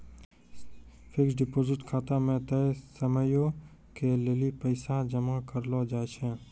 fixed deposit खाता मे तय समयो के लेली पैसा जमा करलो जाय छै